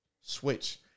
switch